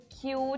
cute